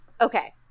Okay